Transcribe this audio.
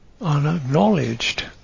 unacknowledged